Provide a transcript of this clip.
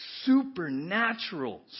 supernatural